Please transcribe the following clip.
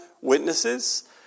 witnesses